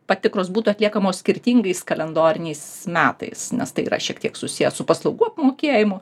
patikros būtų atliekamos skirtingais kalendoriniais metais nes tai yra šiek tiek susiję su paslaugų apmokėjimu